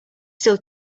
still